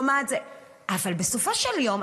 אבל בסופו של יום,